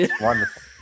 wonderful